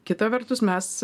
kita vertus mes